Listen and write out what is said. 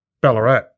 Ballarat